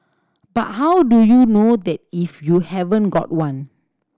but how do you know that if you haven't got one